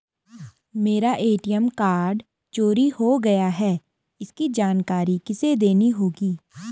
मेरा ATM card चोरी हो गया है इसकी जानकारी किसे देनी होगी?